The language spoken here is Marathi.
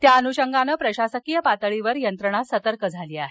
त्या अनुषंगानं प्रशासकीय पातळीवर यंत्रणा सतर्क झाली आहे